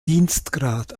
dienstgrad